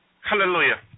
Hallelujah